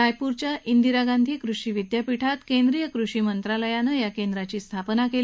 रायपूरच्या इंदिरा गांधी कृषी विद्यापीठात केंद्रीय कृषी मंत्रालयानं या केंद्राची स्थापना केली